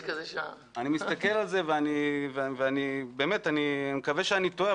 אני מסתכל על זה ואני מקווה שאני טועה,